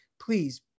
Please